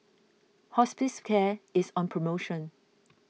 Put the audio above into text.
Hospicare is on promotion